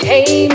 Hey